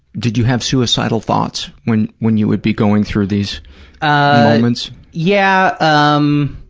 did you have suicidal thoughts when when you would be going through these ah moments? yeah. um